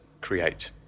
create